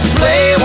play